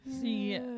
see